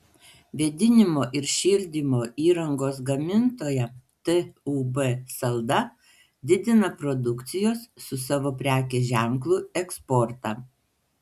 vėdinimo ir šildymo įrangos gamintoja tūb salda didina produkcijos su savo prekės ženklu eksportą